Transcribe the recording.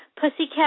Pussycat